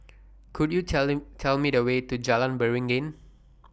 Could YOU telling Tell Me The Way to Jalan Beringin